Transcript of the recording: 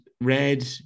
Red